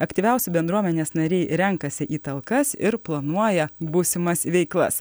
aktyviausi bendruomenės nariai renkasi į talkas ir planuoja būsimas veiklas